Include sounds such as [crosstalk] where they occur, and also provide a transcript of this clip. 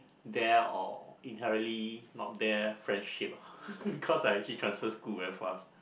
there or inherently not there friendship [laughs] because I actually transfer school very fast